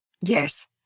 Yes